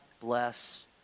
bless